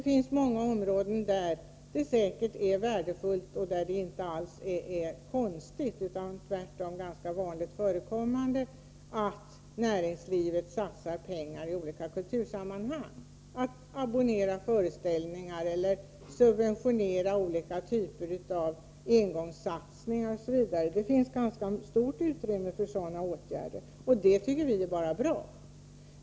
På många områden är det säkert värdefullt och inte alls konstigt utan tvärtom ganska vanligt förekommande att näringslivet satsar pengar i olika kultursammanhang, t.ex. genom att abonnera föreställningar eller subventionera olika typer av engångssatsningar. Det finns ett ganska stort utrymme för sådana åtgärder. Det tycker vi är bara bra.